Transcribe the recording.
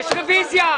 יש רביזיה.